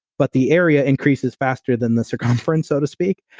but the area increases faster than the circumference, so to speak.